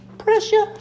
Pressure